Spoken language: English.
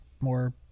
more